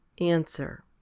Answer